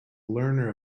learner